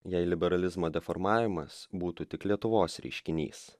jei liberalizmo deformavimas būtų tik lietuvos reiškinys